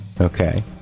Okay